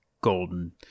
golden